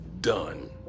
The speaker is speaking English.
done